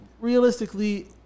Realistically